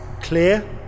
Clear